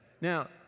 Now